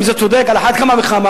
אם זה צודק, על אחת כמה וכמה.